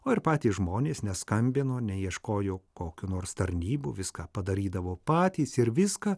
o ir patys žmonės neskambino neieškojo kokių nors tarnybų viską padarydavo patys ir viską